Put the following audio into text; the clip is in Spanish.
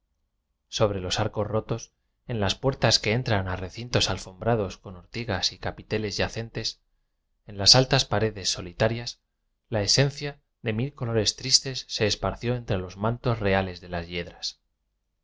sobre los arcos rotos en las puertas que entran a recintos alfombrados con ortigas y capiteles yacentes en las al tas paredes solitarias la esencia de mil co lores tristes se esparció entre los mantos reales de las yedras